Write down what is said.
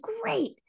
great